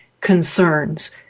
concerns